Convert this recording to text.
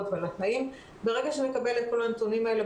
ועל התנאים ברגע שנקבל את כל הנתונים האלה,